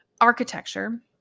architecture